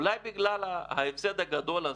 אולי בגלל ההפסד הגדול הזה,